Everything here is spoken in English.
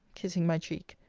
kissing my cheek,